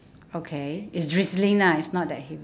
okay it's drizzling lah it's not that heavy